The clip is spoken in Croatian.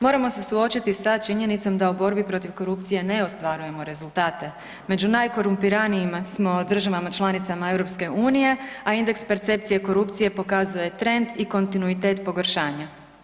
Moramo se suočiti sa činjenicom da u borbi protiv korupcije ne ostvarujemo rezultate, među najkorumpiranijima smo državama članicama EU, a indeks percepcije korupcije pokazuje trend i kontinuitet pogoršanja.